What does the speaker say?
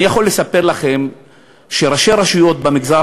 אני יכול לספר לכם שראשי הרשויות במגזר